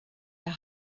der